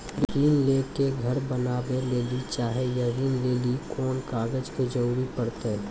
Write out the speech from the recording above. ऋण ले के घर बनावे लेली चाहे या ऋण लेली कोन कागज के जरूरी परतै?